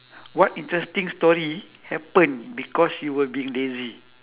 what interesting story happened because you were being lazy